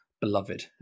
beloved